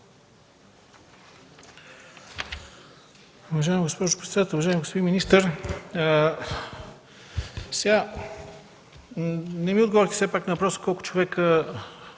Уважаема госпожо председател, уважаеми господин министър! Не ми отговорихте все пак на въпроса: колко човека